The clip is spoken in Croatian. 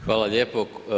Hvala lijepo.